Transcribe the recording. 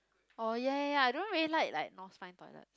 orh ya ya ya I don't really like like North Spine toilet